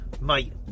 Mate